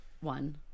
One